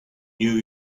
new